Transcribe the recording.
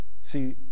See